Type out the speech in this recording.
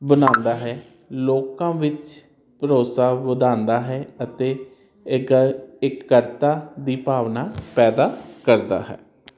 ਬਣਾਉਂਦਾ ਹੈ ਲੋਕਾਂ ਵਿੱਚ ਭਰੋਸਾ ਵਧਾਉਂਦਾ ਹੈ ਅਤੇ ਇੱਕ ਕਰਤਾ ਦੀ ਭਾਵਨਾ ਪੈਦਾ ਕਰਦਾ ਹੈ